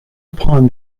upon